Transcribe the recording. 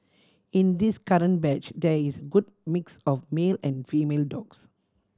in this current batch there is good mix of male and female dogs